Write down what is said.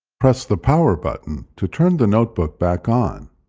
press the power button to turn the notebook back on.